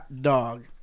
dog